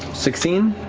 sixteen?